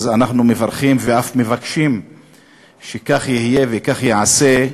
אנחנו מברכים ואף מבקשים שכך יהיה וכך ייעשה.